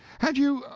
had you,